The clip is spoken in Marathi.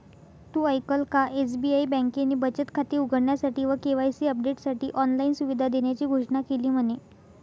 तु ऐकल का? एस.बी.आई बँकेने बचत खाते उघडण्यासाठी व के.वाई.सी अपडेटसाठी ऑनलाइन सुविधा देण्याची घोषणा केली म्हने